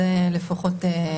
החוק יאושר כאן.